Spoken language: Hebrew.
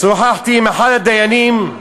שוחחתי עם אחד הדיינים,